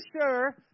sure